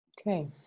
Okay